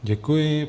Děkuji.